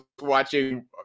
watching